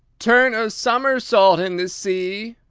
turn a somersault in the sea!